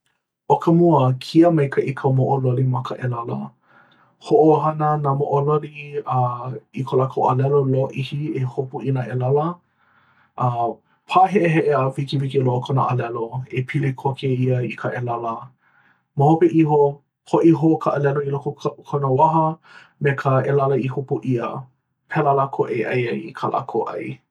ʻO ka mua kia maikaʻi ka moʻo loli ma ka ʻelala. Hoʻohana nā moʻo loli uh i ko lākou alelo lōʻihi e hopu i nā ʻelala. uh Pāheʻeheʻe a wikiwiki loa kona alelo, a pili koke ia i ka ʻelala. Ma hope iho, hoʻi hou ka alelo i loko o kona waha me ka ʻelala i hopu ʻia. Pēlā lākou e ʻai ai i kā lākou ʻai.